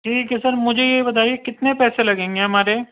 ٹھیک ہے سر مجھے یہ بتائیے کتنے پیسے لگیں گے ہمارے